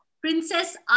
Princess